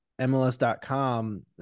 MLS.com